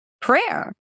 prayer